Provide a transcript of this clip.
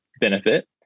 benefit